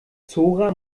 zora